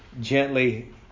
gently